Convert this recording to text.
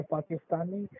Pakistani